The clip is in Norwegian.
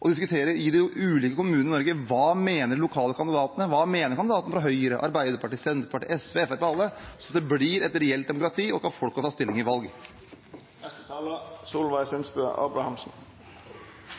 og diskutere det i de ulike kommunene i Norge, hva de lokale kandidatene mener, hva kandidaten fra Høyre, Arbeiderpartiet, Senterpartiet, SV, Fremskrittspartiet, ja alle, mener, så det blir et reelt demokrati og folk kan ta stilling i